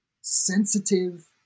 sensitive